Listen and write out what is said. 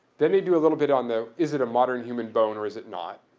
then they do a little bit on the is it a modern human bone or is it not.